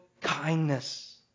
kindness